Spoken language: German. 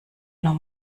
nur